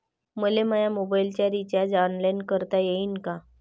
मले माया मोबाईलचा रिचार्ज ऑनलाईन करता येईन का?